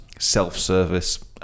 self-service